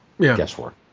guesswork